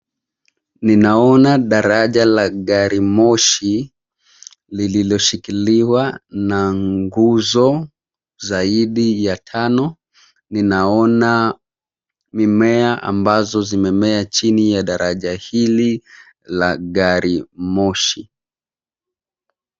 Ninaona daraja la gari moshi, lililoshikiliwa na nguzo, zaidi ya tano, ninaona, mimea ambazo zimemea chini ya daraja hili, la garimoshi.